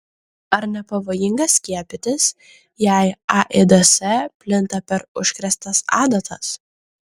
ar nepavojinga skiepytis jei aids plinta per užkrėstas adatas